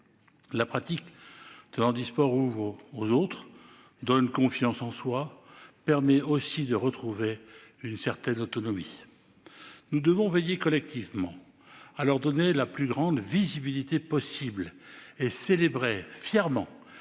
La pratique du handisport ouvre aux autres, donne confiance en soi et permet aussi de retrouver une certaine autonomie. Nous devons veiller collectivement à donner à ces jeux Paralympiques la plus grande visibilité possible et à célébrer fièrement